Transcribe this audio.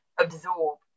absorb